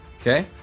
Okay